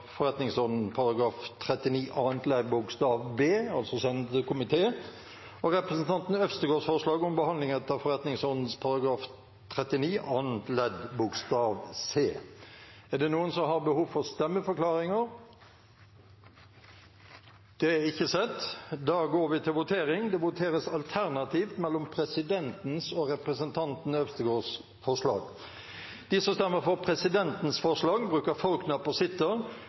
forretningsordenens § 39 annet ledd b, altså å sende det til komité, og representanten Øvstegårds forslag om behandling etter forretningsordenens § 39 annet ledd c. Er det noen som har behov for å gi en stemmeforklaring? – Det er ikke sett. Det blir alternativ votering mellom presidentens forslag og forslaget fra representanten